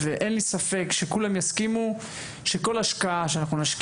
אין לי ספק שכולם יסכימו שכל השקעה שאנחנו נשקיע